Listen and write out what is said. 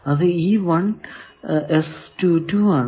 അത് ഈ 1 ആണ്